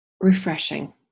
refreshing